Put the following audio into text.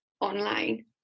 online